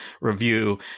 review